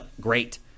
great